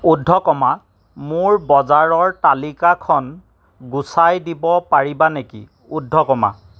উদ্ধকমা মোৰ বজাৰৰ তালিকাখন গুচাই দিব পাৰিবা নেকি